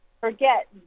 forget